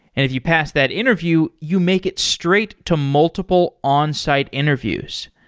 if you pass that interview, you make it straight to multiple onsite interviews.